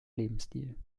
lebensstil